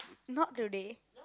not today